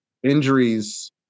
injuries